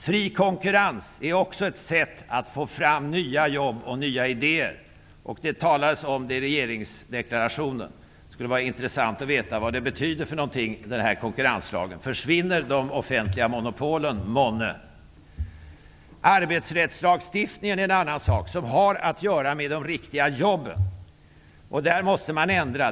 Fri konkurrens är också ett sätt att få fram nya jobb och nya idéer. Det talades om det i regeringsdeklarationen -- det skulle vara intressant att veta vad den konkurrenslag som det där talades om betyder. Försvinner de offentliga monopolen månne? Arbetsrättslagstiftningen är en annan sak som har att göra med de riktiga jobben. Den måste man ändra.